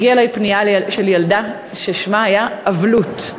הגיעה אלי פנייה של ילדה ששמה היה אבלות,